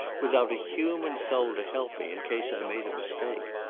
without a human soul to help me in case i made a mistake.